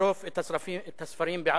לשרוף את הספרים בערבית.